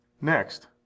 Next